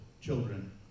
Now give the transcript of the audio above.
children